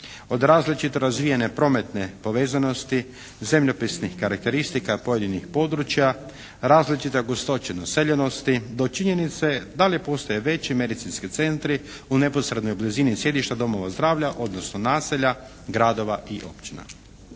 od različito razvijene prometne povezanosti, zemljopisnih karakteristika pojedinih područja, različita gustoća naseljenosti do činjenice da li postoje veći medicinski centri u neposrednoj blizini sjedišta domova zdravlja odnosno naselja, gradova i općina.